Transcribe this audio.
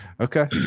Okay